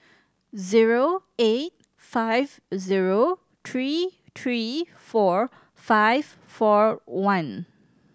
zero eight five zero three three four five four one